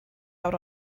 out